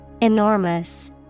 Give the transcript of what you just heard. Enormous